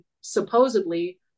supposedly